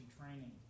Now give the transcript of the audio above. training